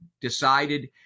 decided